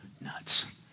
nuts